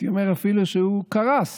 הייתי אומר אפילו שהוא קרס